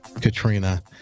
Katrina